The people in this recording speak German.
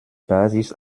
basis